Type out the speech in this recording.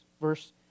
Verse